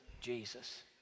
jesus